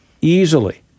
Easily